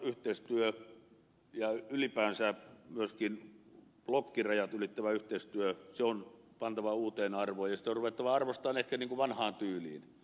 kolmikantayhteistyö ja ylipäänsä myöskin blokkirajat ylittävä yhteistyö on pantava uuteen arvoon ja sitä on ruvettava arvostamaan ehkä niin kuin vanhaan tyyliin